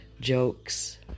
jokes